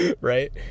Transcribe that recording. right